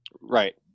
Right